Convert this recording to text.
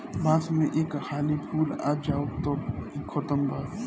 बांस में एक हाली फूल आ जाओ तब इ खतम बा